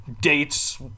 dates